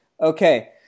Okay